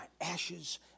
ashes